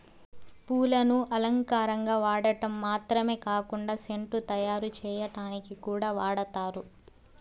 పూలను అలంకారంగా వాడటం మాత్రమే కాకుండా సెంటు తయారు చేయటానికి కూడా వాడతారు